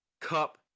cup